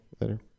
later